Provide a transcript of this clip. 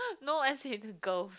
no as in girl